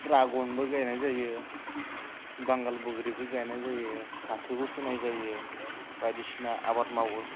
ड्रागनबो गायनाय जायो बांगाल बोग्रिबो गायनाय जायो फाथोबो फोनाय जायो बायदिसिना आबाद मावो